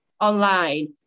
online